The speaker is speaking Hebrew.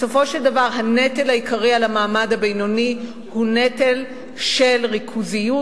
בסופו של דבר הנטל העיקרי על המעמד הבינוני הוא נטל של ריכוזיות,